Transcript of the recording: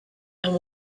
and